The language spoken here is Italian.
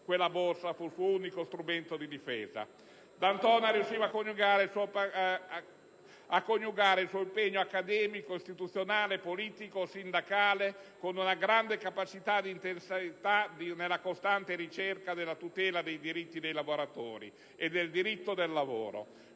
quella borsa che fu il suo unico strumento di difesa. D'Antona riusciva a coniugare il suo impegno accademico, istituzionale, politico e sindacale con grande capacità ed intensità, nella costante ricerca della tutela dei diritti dei lavoratori e del diritto al lavoro.